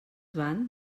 van